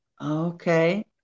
Okay